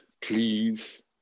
please